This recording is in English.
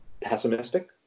pessimistic